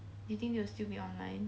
you think they'd still be online